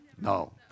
No